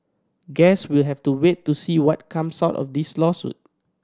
guess we'll have to wait to see what comes out of this lawsuit